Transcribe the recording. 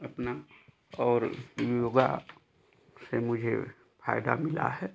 अपना और योगा से मुझे फायदा मिला है